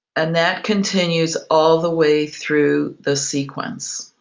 and that continues all the way through the sequence.